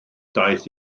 daeth